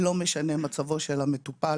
לא משנה מה מצבו של המטופל